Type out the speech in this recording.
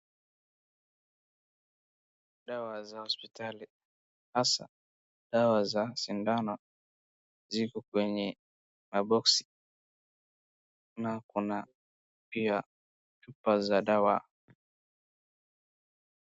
Dawa za hospitali, hasa dawa za sindano ziko kwenye ma box [cs,] na kuna pia chupa za dawa.